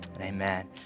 Amen